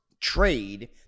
trade